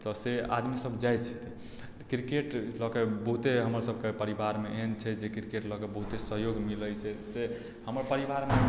तऽ से आदमी सभ जाइ छथिन तऽ क्रिकेट लऽ के बहुते हमर सभकेँ परिवारमे एहन छै जे क्रिकेट लऽ केँ बहुते सहयोग मिलै छै से हमर परिवारमे